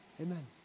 Amen